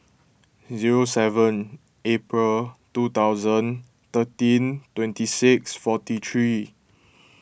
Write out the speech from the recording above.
zero seven April two thousand thirteen twenty six forty three